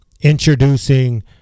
introducing